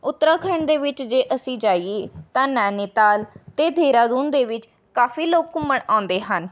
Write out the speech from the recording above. ਉੱਤਰਾਖੰਡ ਦੇ ਵਿੱਚ ਜੇ ਅਸੀਂ ਜਾਈਏ ਤਾਂ ਨੈਨੀਤਾਲ ਅਤੇ ਦੇਹਰਾਦੂਨ ਦੇ ਵਿੱਚ ਕਾਫੀ ਲੋਕ ਘੁੰਮਣ ਆਉਂਦੇ ਹਨ